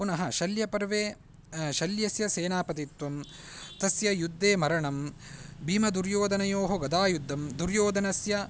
पुनः शल्यपर्वे शल्यस्य सेनापतित्वं तस्य युद्धे मरणं भीमदुर्योधनयोः गदायुद्धं दुर्योधनस्य